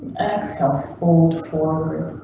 kind of fold forward.